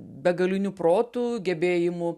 begaliniu protu gebėjimu